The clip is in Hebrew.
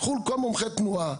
קחו כל מומחה תנועה,